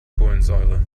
kohlensäure